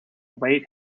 await